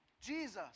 Jesus